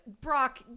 Brock